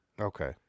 Okay